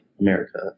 America